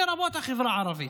לרבות החברה הערבית.